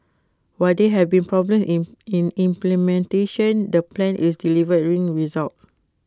while there have been problem in implementation the plan is delivering results